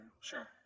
Sure